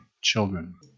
children